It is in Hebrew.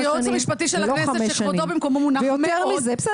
היועץ המשפטי של הכנסת שכבודו במקומו מונח --- בסדר,